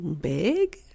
big